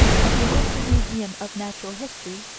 of the american museum of natural history,